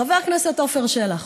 חבר הכנסת עפר שלח,